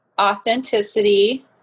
authenticity